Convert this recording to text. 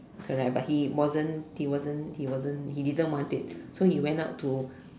correct but he wasn't he wasn't he wasn't he didn't want it so went up to